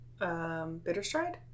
Bitterstride